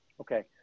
Okay